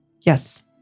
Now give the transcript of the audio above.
Yes